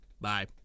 bye